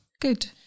Good